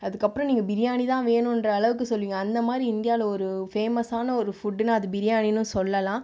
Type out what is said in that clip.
அதுக்கப்பறம் நீங்கள் பிரியாணி தான் வேணுன்ற அளவுக்கு சொல்லுவீங்க அந்த மாதிரி இந்தியாவில் ஒரு ஃபேமஸான ஒரு ஃபுட்டுன்னால் அது பிரியாணின்னும் சொல்லலாம்